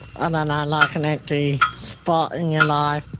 and know, like an empty spot in your life.